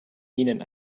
minen